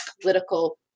political